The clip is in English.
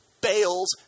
bails